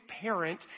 parent